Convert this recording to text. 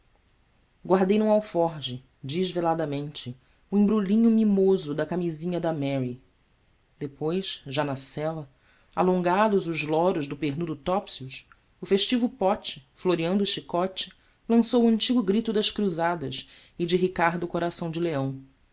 guardei num alforje desveladamente o embrulhinho mimoso da camisinha de mary depois já na sela alongados os loros do pernudo topsius o festivo pote floreando o chicote lançou o antigo grito das cruzadas e de ricardo coração de leão avante a